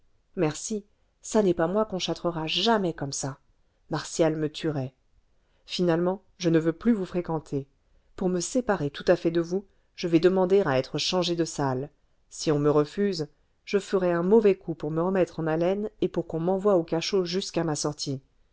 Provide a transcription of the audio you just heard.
merci ça n'est pas moi qu'on châtrera jamais comme ça martial me tuerait finalement je ne veux plus vous fréquenter pour me séparer tout à fait de vous je vais demander à être changée de salle si on me refuse je ferai un mauvais coup pour me remettre en haleine et pour qu'on m'envoie au cachot jusqu'à ma sortie